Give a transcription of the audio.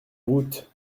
routes